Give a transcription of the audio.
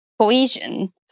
cohesion